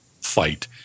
fight